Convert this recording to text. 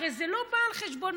הרי זה לא בא על חשבון.